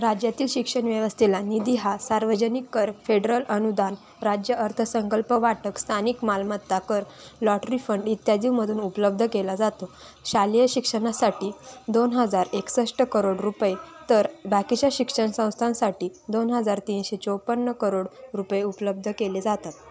राज्यातील शिक्षण व्यवस्थेला निधी हा सार्वजनिक कर फेडरल अनुदान राज्य अर्थ संकल्प वाटप स्थानिक मालमत्ता कर लॉटरी फंड इत्यादीमधून उपलब्ध केला जातो शालेय शिक्षणासाठी दोन हजार एकसष्ट करोड रुपये तर बाकीच्या शिक्षण संस्थांसाठी दोन हजार तीनशे चोपन्न करोड रुपये उपलब्ध केले